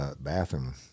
bathroom